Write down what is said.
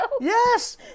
yes